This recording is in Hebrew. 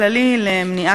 כשלים בניהול,